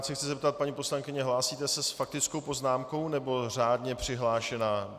Chci se zeptat, paní poslankyně, hlásíte se s faktickou poznámkou, nebo jste řádně přihlášená?